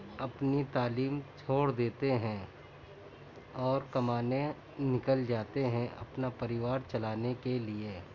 اپنی تعلیم چھوڑ دیتے ہیں اور کمانے نکل جاتے ہیں اپنا پریوار چلانے کے لیے